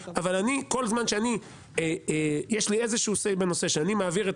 אבל כל זמן שיש לי איזה שהוא סיי בנושא שאני מעביר את